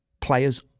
players